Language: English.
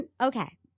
okay